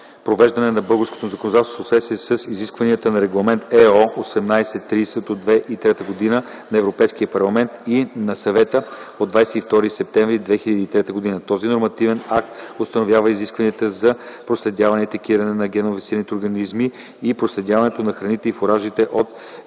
привеждане на българското законодателство в съответствие с изискванията на Регламент (ЕО) № 1830/2003 на Европейския парламент и на Съвета от 22 септември 2003 г. Този нормативен акт установява изискванията за проследяване и етикетиране на генномодифицирани организми и проследяването на храни и фуражи от